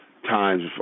times